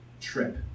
trip